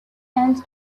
ends